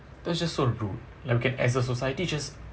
that's just so rude like we can as a society just